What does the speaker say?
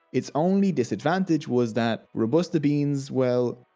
its only disadvantage was that robusta beans well.